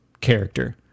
character